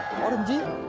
what do